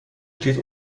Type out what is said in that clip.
steht